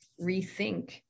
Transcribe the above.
rethink